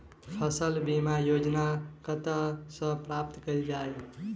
फसल बीमा योजना कतह सऽ प्राप्त कैल जाए?